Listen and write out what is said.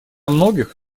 многих